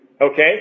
Okay